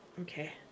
Okay